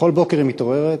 בכל בוקר היא מתעוררת,